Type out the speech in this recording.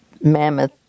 mammoth